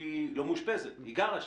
היא לא מאושפזת; היא גרה שם.